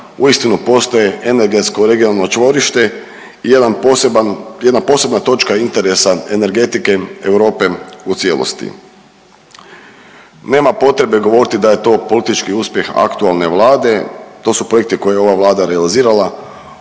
uistinu postaje energetsko regionalno čvorište i jedan poseban, jedna posebna točka interesa energetike Europe u cijelosti. Nema potrebe govoriti da je to politički uspjeh aktualne Vlade, to su projekti koje je ova Vlada realizirala.